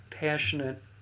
Passionate